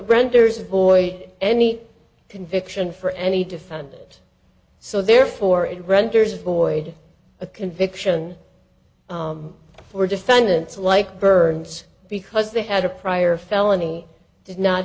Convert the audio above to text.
renders avoid any conviction for any defendant so therefore it renders void a conviction for defendants like birds because they had a prior felony did not